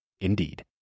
Indeed